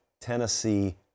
Tennessee